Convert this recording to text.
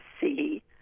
see